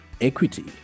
equity